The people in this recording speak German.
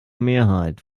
mehrheit